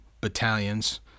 battalions